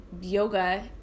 yoga